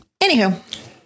Anywho